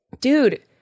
Dude